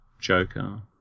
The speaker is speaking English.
Joker